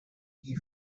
key